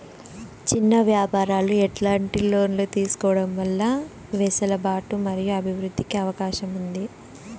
చిన్న వ్యాపారాలు ఎట్లాంటి లోన్లు తీసుకోవడం వల్ల వెసులుబాటు మరియు అభివృద్ధి కి అవకాశం ఉంది?